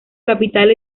capital